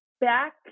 back